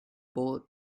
bullet